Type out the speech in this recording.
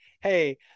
hey